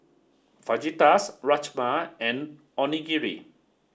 Fajitas Rajma and Onigiri